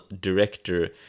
director